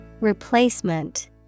Replacement